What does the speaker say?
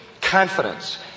confidence